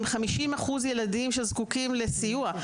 עם 50% ילדים שזקוקים לסיוע.